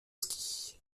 ski